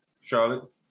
Charlotte